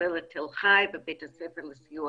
מכללת תל חי ובית הספר לסיוע